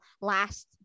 last